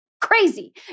crazy